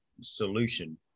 solution